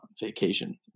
vacation